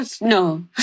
no